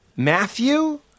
Matthew